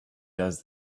does